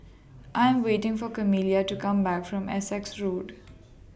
I Am waiting For Camila to Come Back from Essex Road